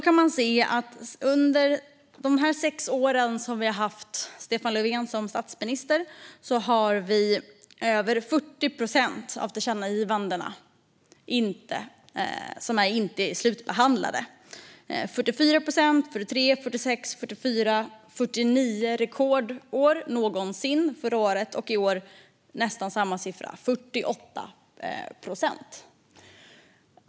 Man kan se att under de sex år som vi har haft Stefan Löfven som statsminister är över 40 procent av tillkännagivandena inte slutbehandlade: 44 procent, 43 procent, 46 procent, 44 procent, ett rekord på 49 procent förra året och i år nästan samma siffra, 48 procent.